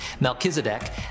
Melchizedek